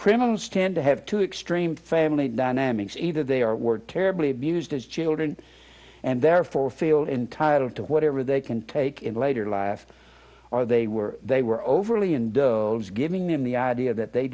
criminals tend to have two extreme family dynamics either they are were terribly abused as children and therefore feel entitled to whatever they can take in later life or they were they were overly and giving them the idea that they